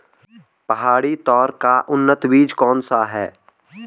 पहाड़ी तोर का उन्नत बीज कौन सा है?